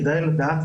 כדאי לדעת,